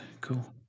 Cool